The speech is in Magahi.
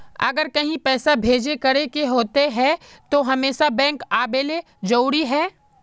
अगर कहीं पैसा भेजे करे के होते है तो हमेशा बैंक आबेले जरूरी है?